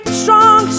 strong